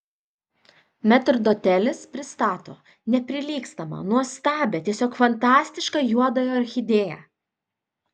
metrdotelis pristato neprilygstamą nuostabią tiesiog fantastišką juodąją orchidėją